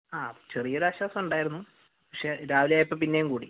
ആഹ് ചെറിയൊരു ആശ്വാസം ഉണ്ടായിരുന്നു പക്ഷെ രാവിലെ ആയപ്പോൾ പിന്നെയും കൂടി